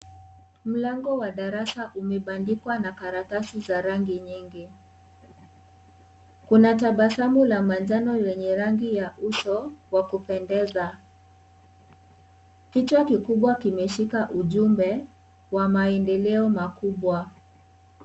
Mlango wa darasa umebandikwa na karatasi za rangi nyingi, kuna tabasamu la manjano lenye rangi ya uso wa kupendeza, kichwa kikubwa kimeshika ujumbe wa maendeleo makubwa.